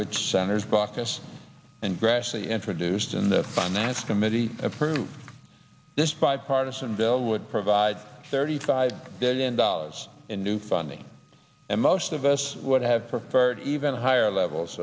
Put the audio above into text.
which honors baucus and grassley introduced in the finance committee approved this bipartisan bill would provide thirty five billion dollars in new funding and most of us would have preferred even higher levels